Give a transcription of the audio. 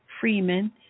Freeman